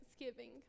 thanksgiving